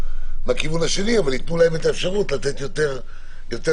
מהכיוון השני אבל יתנו להם את האפשרות לתת יותר זמן.